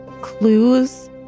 clues